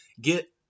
get